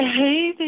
Hey